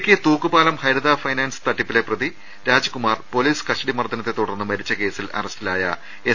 Idukki Thookkupalam Haritha finance തട്ടിപ്പിലെ പ്രതി Rajkumar police custody മർദ്ദനത്തെ തുടർന്ന് മരിച്ച കേസിൽ അറസ്റ്റിലായ എസ്